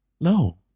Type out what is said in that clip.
No